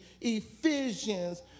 Ephesians